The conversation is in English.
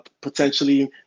potentially